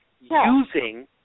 using